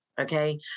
okay